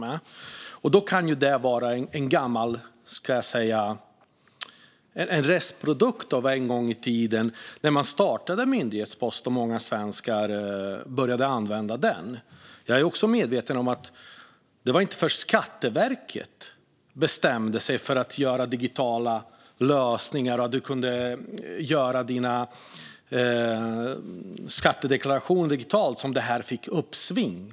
Det ledamoten tar upp kan ju vara en restprodukt av när man en gång i tiden startade Min myndighetspost och många svenskar började använda den. Jag vet dock att det var först med Skatteverkets digitala lösningar, till exempel att man kunde deklarera digitalt, som det fick ett uppsving.